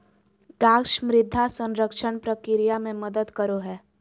गाछ मृदा संरक्षण प्रक्रिया मे मदद करो हय